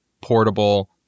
portable